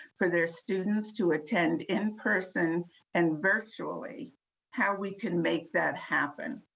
for their students to attend in-person and virtually how we can make that happen.